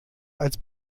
als